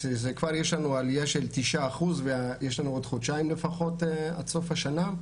שכבר יש לנו עלייה של 9% ויש לנו עוד חודשיים לפחות עד סוף השנה,